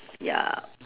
ya